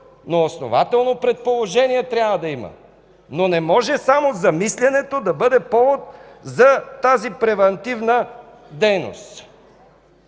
но основателно предположение трябва да има. Не може само замислянето да бъде повод за тази превантивна дейност